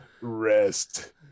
rest